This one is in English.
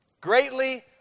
Greatly